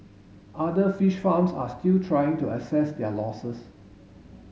other fish farms are still trying to assess their losses